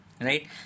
Right